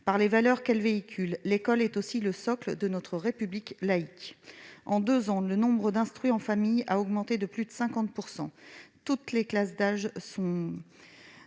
Par les valeurs qu'elle véhicule, l'école est aussi le socle de notre République laïque. En deux ans, le nombre d'enfants instruits en famille a augmenté de plus de 50 %. Toutes les classes d'âge sont